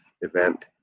event